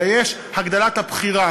אלא יש הגדלת הבחירה.